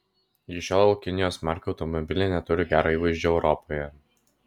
iki šiol kinijos markių automobiliai neturi gero įvaizdžio europoje